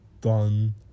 done